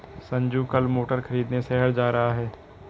संजू कल मोटर खरीदने शहर जा रहा है